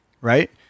Right